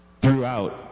throughout